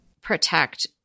protect